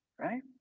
right